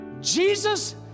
Jesus